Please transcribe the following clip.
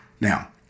now